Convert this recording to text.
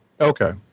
Okay